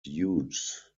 hughes